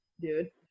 dude